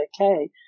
okay